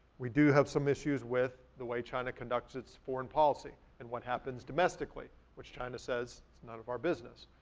we do have some issues with the way china conducts it's foreign policy and what happens domestically, which china says is none of our business.